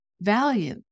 value